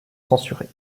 censurée